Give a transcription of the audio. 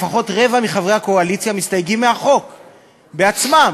לפחות רבע מחברי הקואליציה מסתייגים מהחוק בעצמם.